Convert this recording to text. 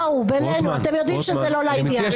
בואו, בינינו, אתם יודעים שזה לא לעניין.